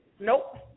Nope